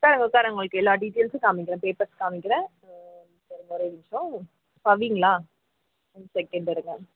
உட்காருங்க உட்காருங்க உங்களுக்கு எல்லா டீடைல்ஸும் காமிக்கிறேன் பேப்பர்ஸ் காமிக்கிறேன் நிமிஷம் பவிங்களா ஒன் செகண்ட் இருங்க